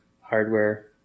hardware